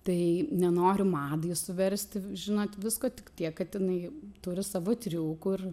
tai nenoriu madai suversti žinot visko tik tiek kad jinai turi savų triukų ir